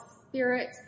spirit